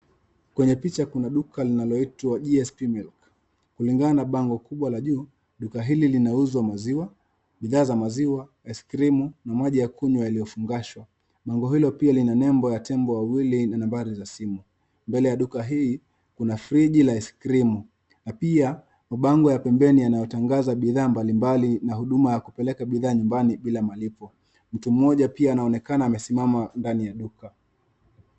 Kwenye picha kuna nduka linaloitwa GSP milk . Kilingana na bango kubwa la juu duka hili linauzwa maziwa, bidhaa za maziwa ice cream na maji ya kunywa yaliyofungashwa. Bango hilo pia lina nembo ya tembo wawili na nambari ya simu. Mbele ya duka hii kuna fridge la ice cream . Na pia bango ya pembeni yanayotangaza bidhaa mbali mbali na huduma ya kupeleka bidhaa nyumbani bila malipo. Mtu mmoja pia anaonekana akiwa amesimama ndani ya duka.